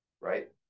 right